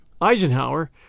Eisenhower